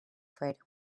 fer